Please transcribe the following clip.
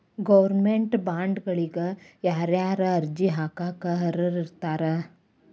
Government ಬಾಂಡ್ಗಳಿಗ ಯಾರ್ಯಾರ ಅರ್ಜಿ ಹಾಕಾಕ ಅರ್ಹರಿರ್ತಾರ?